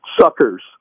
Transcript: suckers